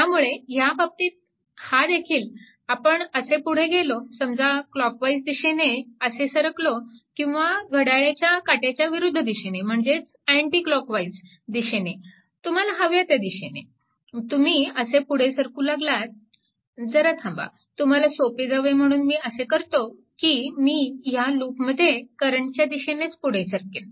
त्यामुळे ह्या बाबतीत हादेखील आपण असे पुढे गेलो समजा क्लॉक वाईज दिशेने असे सरकलो किंवा घड्याळाच्या काट्याच्या विरुद्ध दिशेने म्हणजेच अँटी क्लॉकवाईज दिशेने तुम्हाला हव्या त्या दिशेने तुम्ही असे पुढे सरकू लागलात जरा थांबा तुम्हाला सोपे जावे म्हणून मी असे करतो की मी ह्या लूपमध्ये करंटच्या दिशेनेच पुढे सरकेन